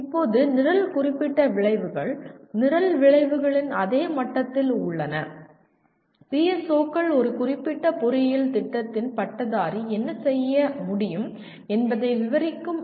இப்போது நிரல் குறிப்பிட்ட விளைவுகள் நிரல் விளைவுகளின் அதே மட்டத்தில் உள்ளன PSO கள் ஒரு குறிப்பிட்ட பொறியியல் திட்டத்தின் பட்டதாரி என்ன செய்ய முடியும் என்பதை விவரிக்கும் அறிக்கைகள்